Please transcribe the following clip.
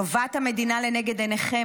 טובת המדינה לנגד עיניכם,